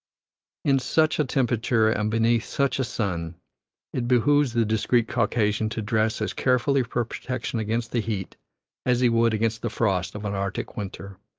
in such a temperature and beneath such a sun it behooves the discreet caucasian to dress as carefully for protection against the heat as he would against the frost of an arctic winter.